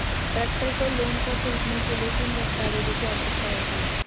Tractor को loan पर खरीदने के लिए किन दस्तावेज़ों की आवश्यकता होती है?